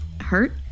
hurt